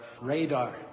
radar